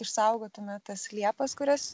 išsaugotume tas liepas kurias